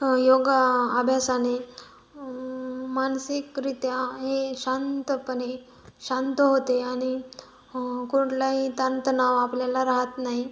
योगा आभ्यासाने मानसिकरित्या हे शांतपणे शांत होते आणि कुठलाही ताणतणाव आपल्याला राहत नाही